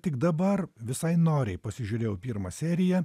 tik dabar visai noriai pasižiūrėjau pirmą seriją